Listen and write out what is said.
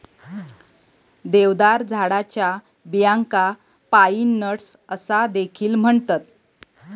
देवदार झाडाच्या बियांका पाईन नट्स असा देखील म्हणतत